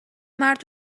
مرد